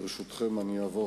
ברשותכם, אני אעבור